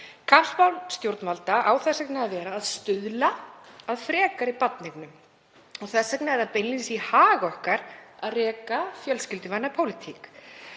Kappsmál stjórnvalda á þess vegna að vera að stuðla að frekari barneignum og þess vegna er það beinlínis í hag okkar að reka fjölskylduvæna pólitík.